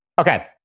Okay